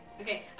Okay